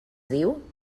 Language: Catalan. diu